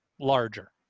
larger